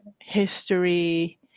history